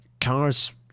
cars